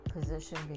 position